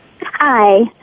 Hi